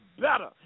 better